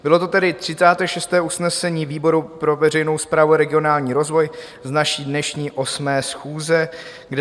Bylo to tedy 36. usnesení výboru pro veřejnou správu a regionální rozvoj z naší dnešní 8. schůze, kde